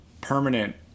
permanent